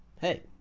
Hey